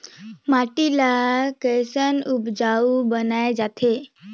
माटी ला कैसन उपजाऊ बनाय जाथे?